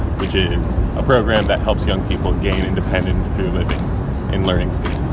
which is a program that helps young people gain independence through living and learning skills.